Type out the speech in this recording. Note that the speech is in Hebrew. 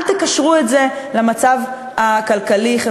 אל תקשרו את זה למצב הכלכלי-חברתי,